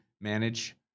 manage